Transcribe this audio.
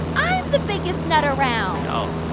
i'm the biggest nut around oh